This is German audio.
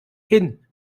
hin